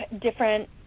different